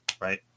right